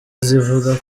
zivuga